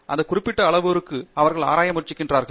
அந்த குறிப்பிட்ட அளவுருவுக்கு அவர்கள் ஆராய முயற்சிக்கிறார்கள்